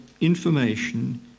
information